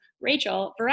Rachel